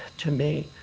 to me,